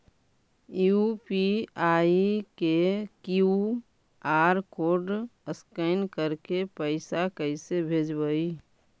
UPI के QR code scan करके पैसा कैसे भेजबइ?